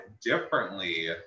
differently